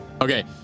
Okay